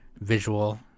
visual